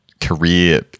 career